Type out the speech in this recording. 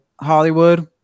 Hollywood